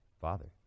father